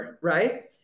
Right